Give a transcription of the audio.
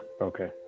Okay